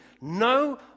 No